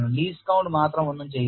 Least count മാത്രം ഒന്നും ചെയ്യില്ല